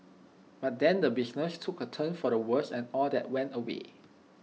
but then the business took A turn for the worse and all that went away